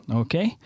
okay